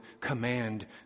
command